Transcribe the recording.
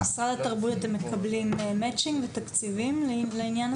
ממשרד התרבות אתם מקבלים מצ'ינג ותקציבים לעניין הזה?